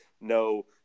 no